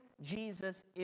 Jesus